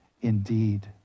indeed